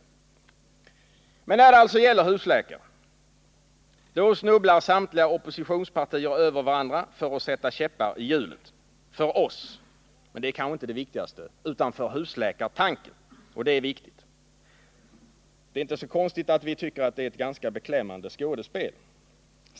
Men när det gäller husläkare snubblar samtliga oppositionspartier över varandra för att sätta käppar i hjulet — för oss, men det är kanske inte det viktigaste, utan för husläkartanken; det är viktigt. Det är i sanning ett beklämmande skådespel.